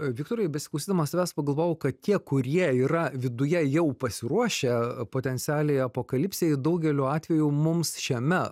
viktorai besiklausydamas tavęs pagalvojau kad tie kurie yra viduje jau pasiruošę potencialiai apokalipsei daugeliu atveju mums šiame